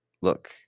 look